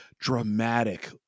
dramatic